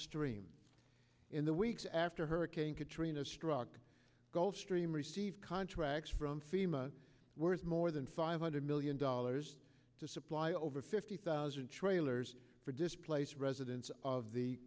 gulfstream in the weeks after hurricane katrina struck gulf stream received contracts from fema worth more than five hundred million dollars to supply over fifty thousand trailers for displaced residents of the